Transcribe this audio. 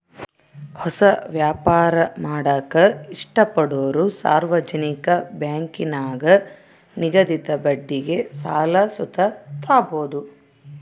ಹೊಸ ವ್ಯಾಪಾರ ಮಾಡಾಕ ಇಷ್ಟಪಡೋರು ಸಾರ್ವಜನಿಕ ಬ್ಯಾಂಕಿನಾಗ ನಿಗದಿತ ಬಡ್ಡಿಗೆ ಸಾಲ ಸುತ ತಾಬೋದು